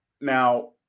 now